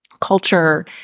culture